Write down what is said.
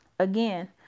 Again